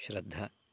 श्रद्धा